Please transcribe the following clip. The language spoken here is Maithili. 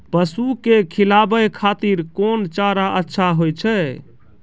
पसु के खिलाबै खातिर कोन चारा अच्छा होय छै?